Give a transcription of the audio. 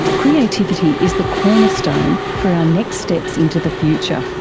creativity is the cornerstone for our next steps into the future,